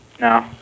No